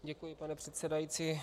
Děkuji, pane předsedající.